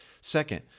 Second